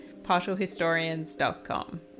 partialhistorians.com